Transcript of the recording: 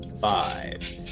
five